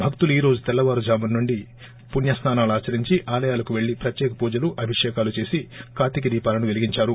భక్తులు ఈ రోజు తెల్లవారుజాము నుండి పుణ్యస్నానాలు ఆచరించి ఆలయాలకు పెళ్ళి ప్రత్యేక పూజలు అభిషేకాలు చేసి కార్తీక దీపాలను పెలిగిందారు